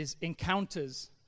encounters